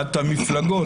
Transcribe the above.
בחולשת המפלגות.